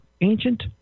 Ancient